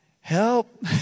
help